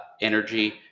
energy